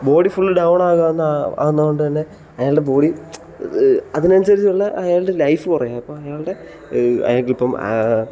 body full down ആവുക ആവുന്നത് കൊണ്ട് തന്നെ അയാളുടെ ബോഡി അതിനനുസരിച്ച് ഉള്ള അയാളുടെ ലൈഫ് കുറയും അപ്പോൾ അയാളുടെ അയാൾക്കിപ്പം